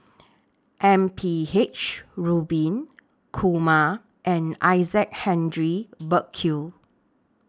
M P H Rubin Kumar and Isaac Henry Burkill